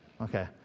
Okay